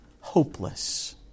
hopeless